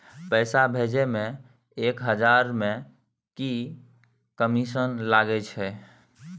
पैसा भैजे मे एक हजार मे की कमिसन लगे अएछ?